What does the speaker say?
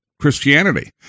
Christianity